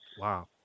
Wow